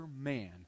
man